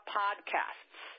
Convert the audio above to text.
podcasts